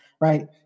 Right